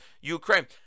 Ukraine